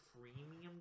premium